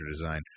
design